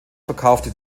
verkaufte